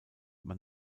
man